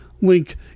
link